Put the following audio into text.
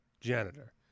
janitor